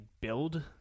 build